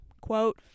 quote